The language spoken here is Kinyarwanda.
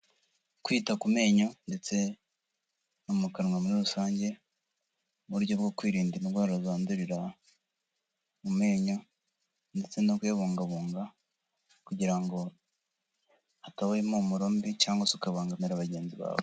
Kwita ku menyo ndetse no mu kanwa muri rusange, mu buryo bwo kwirinda indwara zandurira mu menyo ndetse no kuyabungabunga, kugira ngo hatabaho impumuro mbi cyangwa se ukabangamira bagenzi bawe.